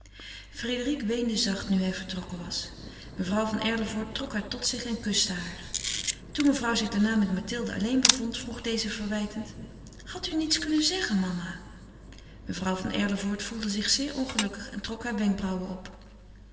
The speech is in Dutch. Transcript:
frédérique weende zacht nu hij vertrokken was mevrouw van erlevoort trok haar tot zich en kuste haar toen mevrouw zich daarna met mathilde alleen bevond vroeg deze verwijtend had u niets kunnen zeggen mama mevrouw van erlevoort gevoelde zich zeer ongelukkig en trok hare wenkbrauwen op